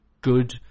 good